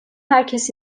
herkes